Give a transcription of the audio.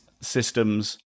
systems